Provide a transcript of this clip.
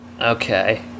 Okay